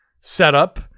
setup